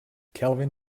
kelvin